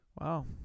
Wow